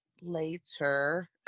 later